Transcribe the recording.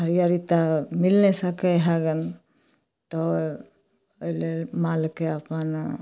हरिअरी तऽ मिलि नहि सकै हइ